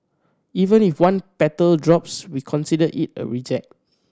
even if one petal drops we consider it a reject